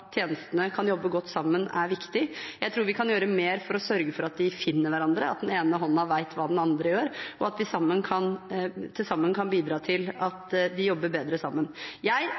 tjenestene kan jobbe godt sammen, er viktig. Jeg tror vi kan gjøre mer for å sørge for at de finner hverandre, at den ene hånden vet hva den andre gjør, og at vi kan bidra til at de jobber bedre sammen. Jeg